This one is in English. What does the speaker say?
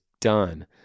done